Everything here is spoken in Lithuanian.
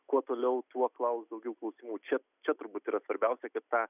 kuo toliau tuo klaus daugiau klausimų čia čia turbūt yra svarbiausia kad tą